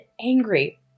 angry